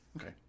Okay